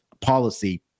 policy